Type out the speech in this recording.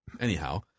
Anyhow